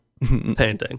painting